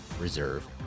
reserve